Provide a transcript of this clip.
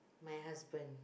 my husband